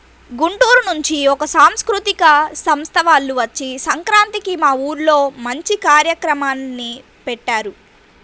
గుంటూరు నుంచి ఒక సాంస్కృతిక సంస్థ వాల్లు వచ్చి సంక్రాంతికి మా ఊర్లో మంచి కార్యక్రమాల్ని పెట్టారు